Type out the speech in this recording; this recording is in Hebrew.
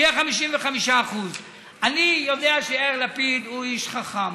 שיהיה 55%. אני יודע שיאיר לפיד הוא איש חכם.